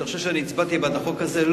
אבל אתה חושב שאני הצבעתי בעד החוק הזה?